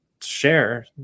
share